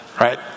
Right